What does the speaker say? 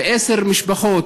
ועשר משפחות,